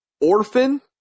Orphan